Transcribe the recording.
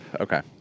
Okay